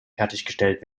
fertiggestellt